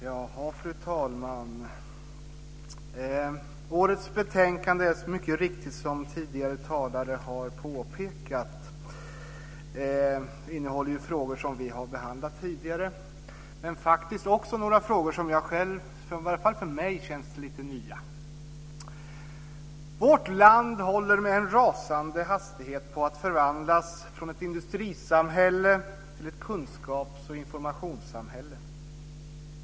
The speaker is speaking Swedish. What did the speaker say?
Fru talman! Årets betänkande innehåller ju mycket riktigt, som tidigare talare har påpekat, frågor som vi har behandlat tidigare. Men det innehåller faktiskt också några frågor som i alla fall för mig känns lite nya. Vårt land håller med en rasande hastighet på att förvandlas från ett industrisamhälle till ett kunskapsoch informationssamhälle.